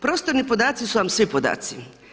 Prostorni podaci su vam svi podaci.